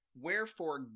Wherefore